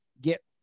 get